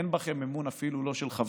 אין בכם אמון אפילו לא של חבריכם.